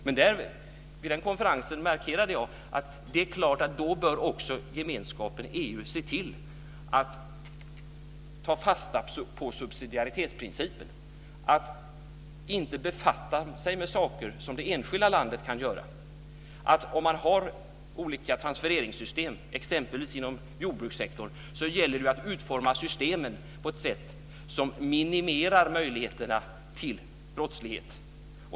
Vid denna konferens markerade jag att då bör också gemenskapen EU se till att ta fasta på subsidiaritetsprincipen och inte befatta sig med saker som det enskilda landet kan göra. Om man har olika transfereringssystem, exempelvis inom jordbrukssektorn, så gäller det att utforma systemet på ett sätt som minimerar möjligheterna till brottslighet.